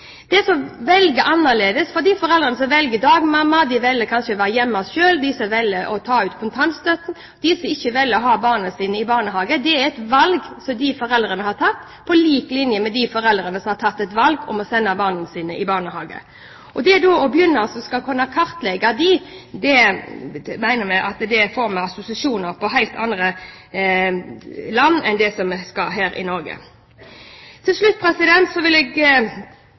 De som velger annerledes, de foreldrene som velger dagmamma, de som velger å være hjemme selv, de som velger å ta ut kontantstøtte, de som velger å ikke ha barna sine i barnehage, har tatt et valg på lik linje med de foreldrene som har tatt et valg om å sende barna sine i barnehage. Å begynne å kartlegge dem gjør at vi får assosiasjoner til helt andre land enn Norge. Til slutt vil jeg